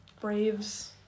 Braves